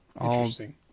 Interesting